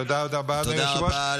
תודה רבה, אדוני היושב-ראש.